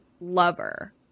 lover